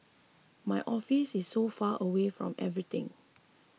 my office is so far away from everything